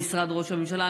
למשרד ראש הממשלה,